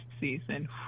season